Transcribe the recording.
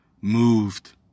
moved